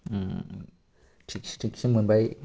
थिगसे थिगसे मोनबाय